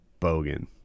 bogan